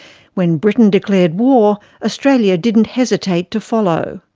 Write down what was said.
when britain declared war, australia didn't hesitate to follow.